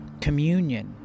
communion